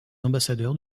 ambassadeurs